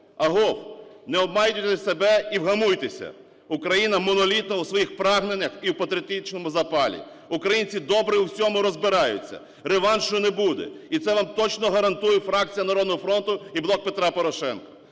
Агов, не обманюйте себе і вгамуйтеся! Україна монолітна у своїх прагненнях і у патріотичному запалі. Українці добре у всьому розбираються. Реваншу не буде! І це вам точно гарантує фракція "Народного фронту" і "Блок Петра Порошенка".